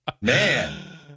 Man